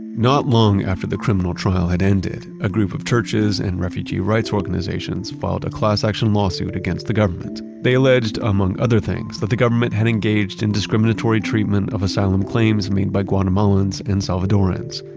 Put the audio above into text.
not long after the criminal trial had ended, a group of churches and refugee rights organizations filed a class-action lawsuit against the government. they alleged, among other things, that the government had engaged in discriminatory treatment of asylum claims made by guatemalans and salvadorians.